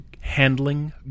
handling